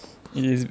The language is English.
it is